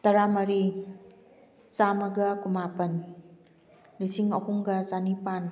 ꯇꯔꯥ ꯃꯔꯤ ꯆꯥꯝꯃꯒ ꯀꯨꯟ ꯃꯥꯄꯟ ꯂꯤꯁꯤꯡ ꯑꯍꯨꯝꯒ ꯆꯥꯅꯤꯄꯥꯟ